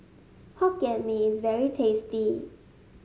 Hokkien Mee is very tasty